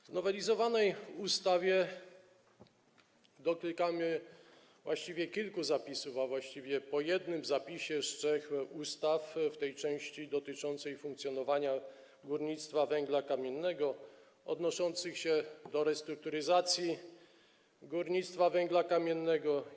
W nowelizowanej ustawie dotykamy kilku zapisów, a właściwie po jednym zapisie z trzech ustaw w tej części dotyczącej funkcjonowania górnictwa węgla kamiennego, odnoszących się do restrukturyzacji górnictwa węgla kamiennego.